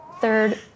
Third